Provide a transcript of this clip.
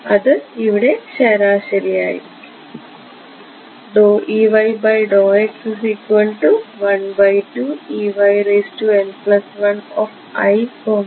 അതിനാൽ ഇത് ഇവിടെ ശരാശരി ആയിരിക്കും